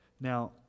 Now